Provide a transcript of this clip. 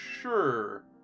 sure